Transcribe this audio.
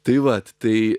tai vat tai